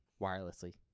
wirelessly